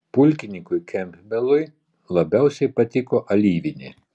pulkininkui kempbelui labiausiai patiko alyvinė